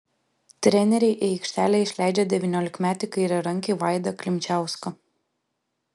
treneriai į aikštelę išleidžia devyniolikmetį kairiarankį vaidą klimčiauską